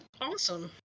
awesome